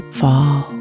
fall